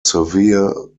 severe